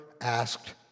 asked